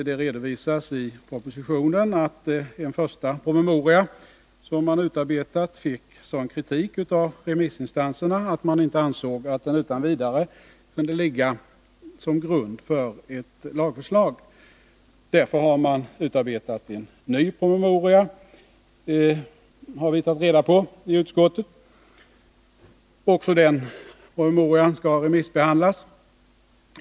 I propositionen redovisas att en första promemoria som man hade utarbetat fick sådan kritik av remissinstanserna att man ansåg att den inte utan vidare kunde ligga till grund för ett lagförslag. Därför har man utarbetat en ny promemoria, enligt vad vi i utskottet har tagit reda på. Också den promemorian skall remissbehandlas.